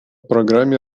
программе